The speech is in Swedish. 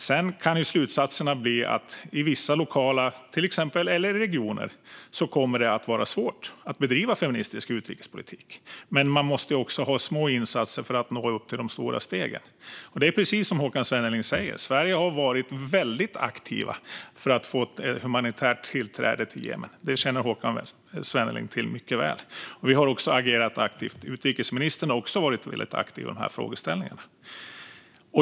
Sedan kan slutsatserna bli att det i vissa lokala områden, till exempel, eller i regioner kommer att vara svårt att bedriva feministisk utrikespolitik. Men man måste också ha små insatser för att nå upp till de stora stegen. Det är precis som Håkan Svenneling säger: Sverige har varit väldigt aktivt för att få humanitärt tillträde till Jemen. Det känner Håkan Svenneling till mycket väl. Vi har agerat aktivt, och utrikesministern har varit väldigt aktiv i de här frågeställningarna.